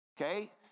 Okay